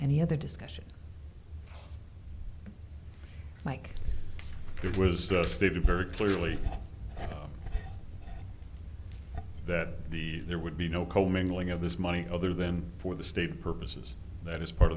the other discussion mike it was stated very clearly that the there would be no co mingling of this money other than for the state purposes that is part